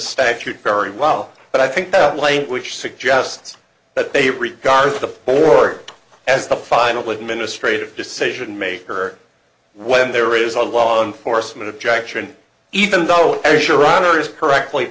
statute very well but i think that language suggests that they regard the war as the final administrative decision maker when there is a law enforcement objection even though